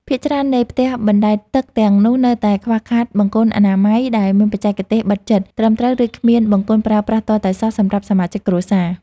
ភាគច្រើននៃផ្ទះអណ្តែតទឹកទាំងនោះនៅតែខ្វះខាតបង្គន់អនាម័យដែលមានបច្ចេកទេសបិទជិតត្រឹមត្រូវ ឬគ្មានបង្គន់ប្រើប្រាស់ទាល់តែសោះសម្រាប់សមាជិកគ្រួសារ។